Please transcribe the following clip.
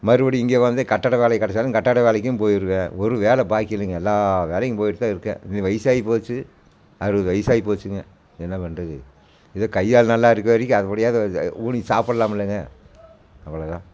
மறுபடி இங்கே வந்து கட்டட வேலை கிடைச்சாலும் கட்டட வேலைக்கும் போயிடுவேன் ஒரு வேலை பாக்கி இல்லைங்க எல்லா வேலைக்கும் போய்ட்டு தான் இருக்கேன் வயிசாகி போச்சு அறுபது வயிசாகி போச்சுங்க என்ன பண்ணுறது இதே கை கால் நல்லா இருக்க வரைக்கும் அப்டியாவது ஊனி சாப்புடலாம் இல்லைங்க அவ்வளோ தான்